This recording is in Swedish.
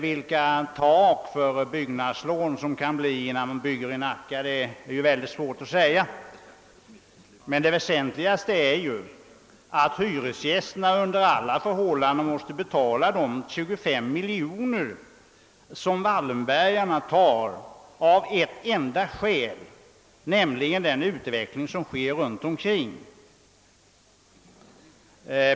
Vilka tak för byggnadslån, som det kan bli innan man bygger i Nacka, är mycket svårt att säga, men det väsentligaste är ju att hyresgästerna under alla förhållanden måste betala de 25 miljoner kronor som Wallenbergarna tar av ett enda skäl, nämligen den utveckling som sker runt omkring.